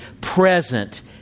present